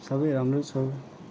सबै राम्रो छ